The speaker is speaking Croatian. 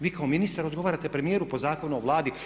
Vi kao ministar odgovarate premijeru po Zakonu o Vladi.